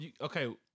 okay